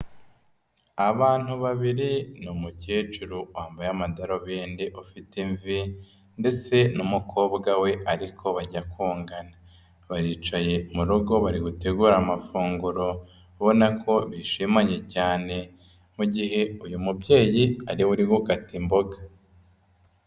Abantu babiri, ni umukecuru wambaye amadarubindi ufite imvi ndetse n'umukobwa we ariko bajya kungana. Baricaye mu rugo bari gutegura amafunguro. Ubona ko bishimanye cyane. Mu gihe uyu mubyeyi ari we uri gukata imboga.